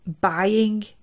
buying